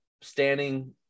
standing